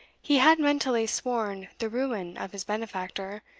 he had mentally sworn the ruin of his benefactor,